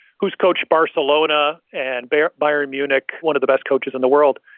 who's coached barcelona and bayern bayern munich, one of the best coaches in the world.